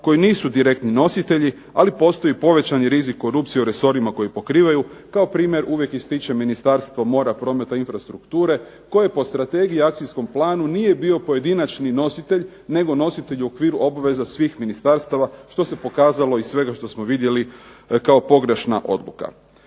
koji nisu direktni nositelji, ali postoji povećani rizik korupcije u resorima koji pokrivaju. Kao primjer uvijek ističem Ministarstvo mora, prometa i infrastrukture, koje po strategiji i akcijskom planu nije bio pojedinačni nositelj, nego nositelj u okviru obveza svih ministarstava što se pokazalo iz svega što smo vidjeli kao pogrešna odluka.